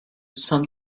some